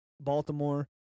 Baltimore